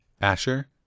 Asher